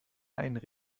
einen